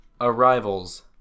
Arrivals